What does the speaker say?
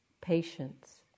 patience